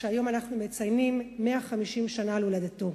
שהיום אנחנו מציינים 150 שנה להולדתו.